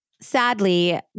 Sadly